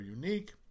unique